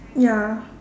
ya